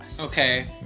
Okay